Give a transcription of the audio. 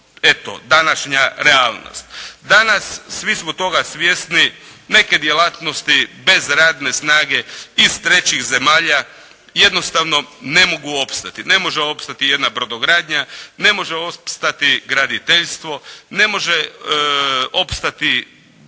Danas svi smo toga svjesni neke djelatnosti bez radne snage iz trećih zemalja jednostavno ne mogu opstati. Ne može opstati jedna brodogradnja, ne može opstati graditeljstvo, ne može opstati